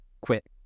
quit